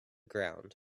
ground